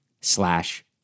slash